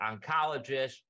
oncologist